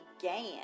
began